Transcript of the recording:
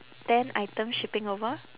ten items shipping over